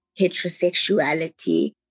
heterosexuality